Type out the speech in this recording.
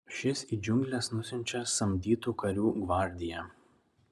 šis į džiungles nusiunčia samdytų karių gvardiją